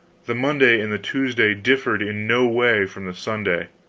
the monday and the tuesday differed in no way from the sunday.